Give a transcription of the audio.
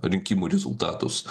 rinkimų rezultatus